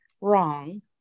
wrong